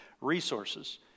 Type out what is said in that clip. Resources